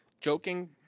joking